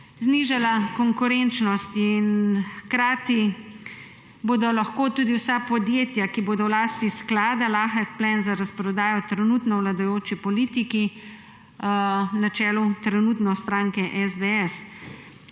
znižala konkurenčnost in hkrati bodo lahko tudi vsa podjetja, ki bodo v lasti sklada, lahek plen za razprodajo trenutno vladajoče politike, trenutno na čelu stranke SDS.